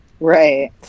Right